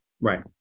Right